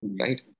right